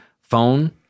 phone